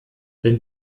wenn